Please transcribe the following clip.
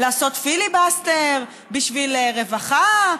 לעשות פיליבסטר בשביל רווחה,